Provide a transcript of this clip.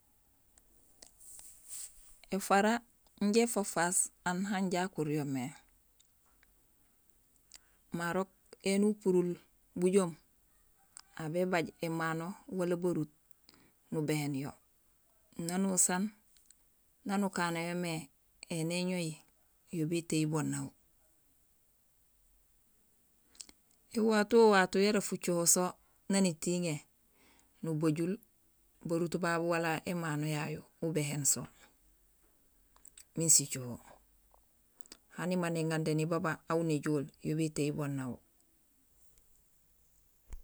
Ēfara inja éfafaas aan hanja akuryo mé, marok éni upurul bujoom, aw bébay émano wala barut nubéhéén yo, nanusaan naan ukanéyomé, éni éñohi yo bétéyul boon aan. Ēwato wato yara fucoho so naan étiŋé, nubajul barut babu wala émano yayu ubéhéén so miin sicoho, hanima néŋandéni baba aw néjool, yo bétéyul boon aw